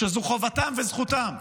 שזו חובתם וזכותם.